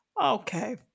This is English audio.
Okay